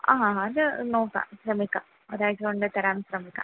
ആ ആ അത് നോക്കാം ശ്രമിക്കാം ഒരാഴ്ച് കൊണ്ട് തരാന് ശ്രമിക്കാം